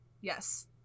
Yes